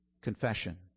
confession